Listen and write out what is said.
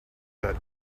that